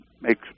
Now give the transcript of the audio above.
makes